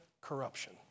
Corruption